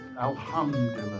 Alhamdulillah